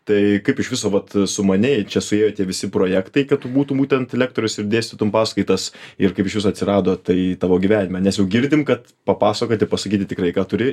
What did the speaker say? tai kaip iš viso vat sumaniai čia suėjo tie visi projektai kad tu būtum būtent lektorius ir dėstytum paskaitas ir kaip iš viso atsirado tai tavo gyvenime nes jau girdim kad papasakoti pasakyti tikrai ką turi